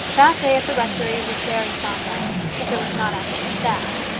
that day at the rectory was very sombre, if it was not actually sad.